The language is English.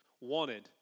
wanted